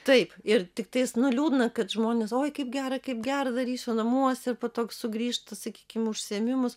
taip ir tiktais nu liūdina kad žmonės oi kaip gera kaip gera darysiu namuose ir po to sugrįžta sakykim į užsiėmimus